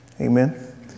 Amen